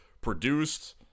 produced